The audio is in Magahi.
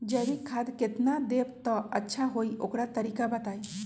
जैविक खाद केतना देब त अच्छा होइ ओकर तरीका बताई?